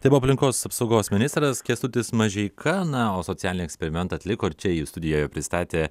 taip aplinkos apsaugos ministras kęstutis mažeika na o socialinį eksperimentą atliko ir čia jį studijoje pristatė